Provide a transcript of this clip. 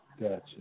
Gotcha